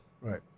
right